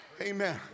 Amen